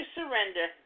surrender